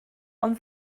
ond